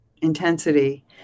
intensity